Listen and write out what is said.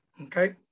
Okay